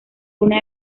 una